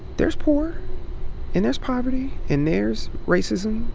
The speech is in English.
there's poor and there's poverty and there's racism.